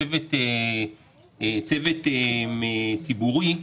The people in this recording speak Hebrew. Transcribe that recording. צוות ציבורי,